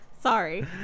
Sorry